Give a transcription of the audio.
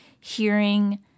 hearing